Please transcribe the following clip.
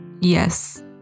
Yes